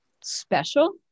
special